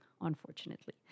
unfortunately